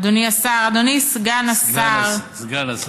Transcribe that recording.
אדוני השר, אדוני סגן השר, סגן השר.